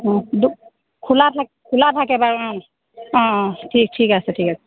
অ' দো খোলা থাক খোলা থাকে বাৰু অ' অ' ঠি ঠিক আছে ঠিক আছে